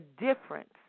difference